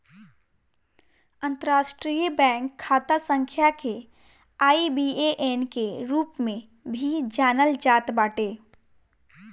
अंतरराष्ट्रीय बैंक खाता संख्या के आई.बी.ए.एन के रूप में भी जानल जात बाटे